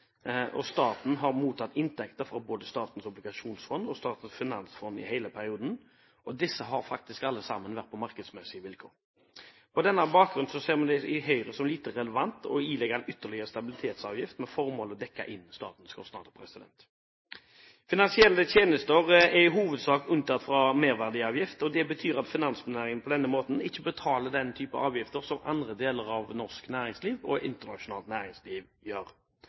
finanskrisen. Staten har mottatt inntekter fra både Statens obligasjonsfond og Statens finansfond i hele perioden, og disse har faktisk alle sammen vært på markedsmessige vilkår. På denne bakgrunn ser vi det i Høyre som lite relevant å ilegge en ytterligere stabilitetsavgift med formål å dekke inn statens kostnader. Finansielle tjenester er i hovedsak unntatt fra merverdiavgift. Det betyr at finansnæringen på denne måten ikke betaler den samme type avgifter som andre deler av norsk næringsliv og internasjonalt næringsliv gjør.